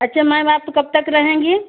अच्छा मैम आप तो कब तक रहेंगी